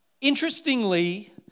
interestingly